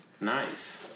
nice